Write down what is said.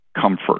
comfort